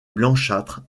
blanchâtre